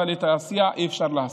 אבל את העשייה אי-אפשר להסתיר.